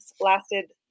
lasted